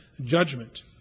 judgment